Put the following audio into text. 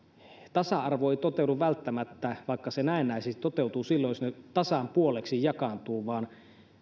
tasa arvo ei välttämättä toteudu vaikka se näennäisesti toteutuu silloin jos ne tasan puoleksi jakaantuvat vaan